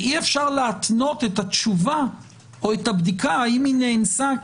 ואי אפשר להתנות את התשובה או את הבדיקה האם היא נאנסה,